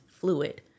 fluid